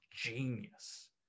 genius